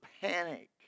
panic